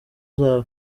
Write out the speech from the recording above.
zawe